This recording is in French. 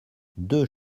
deux